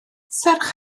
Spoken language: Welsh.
serch